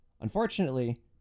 Unfortunately